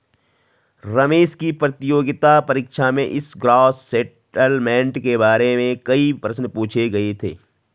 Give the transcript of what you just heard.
रमेश की प्रतियोगिता परीक्षा में इस ग्रॉस सेटलमेंट के बारे में कई प्रश्न पूछे गए थे